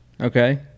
okay